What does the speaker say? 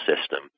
system